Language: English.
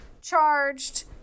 charged